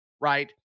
right